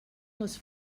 les